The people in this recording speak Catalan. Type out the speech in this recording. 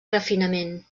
refinament